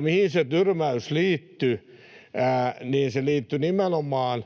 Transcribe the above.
mihin se tyrmäys liittyi? Se liittyi nimenomaan